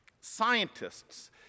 scientists